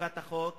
אכיפת החוק,